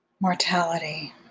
mortality